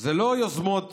הן יוזמות